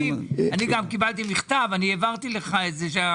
גם קיבלתי מכתב והעברתי לך.